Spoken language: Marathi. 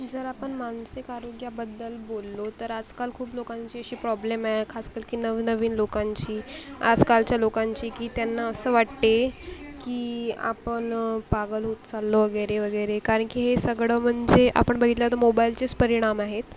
जर आपण मानसिक आरोग्याबद्दल बोललो तर आजकाल खूप लोकांची अशी प्रॉब्लेम आहे खास कलकी नवनवीन लोकांची आजकालच्या लोकांची की त्यांना असं वाटते की आपण पागल होत चाललो वगैरे वगैरे कारण की हे सगळं म्हणजे आपण बघितलं तर मोबाईलचेच परिणाम आहेत